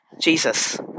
Jesus